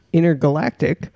Intergalactic